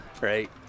right